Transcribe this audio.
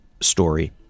story